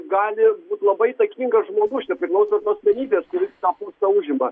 gali būt labai įtakingas žmogus čia priklauso nuo asmenybės kuri tą postą užima